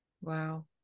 Wow